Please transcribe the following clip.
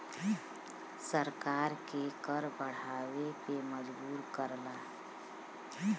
सरकार के कर बढ़ावे पे मजबूर करला